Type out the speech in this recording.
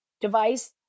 device